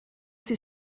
sie